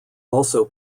also